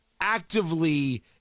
actively